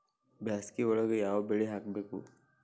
ಬ್ಯಾಸಗಿ ಒಳಗ ಯಾವ ಬೆಳಿ ಹಾಕಬೇಕು?